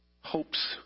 hopes